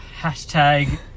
hashtag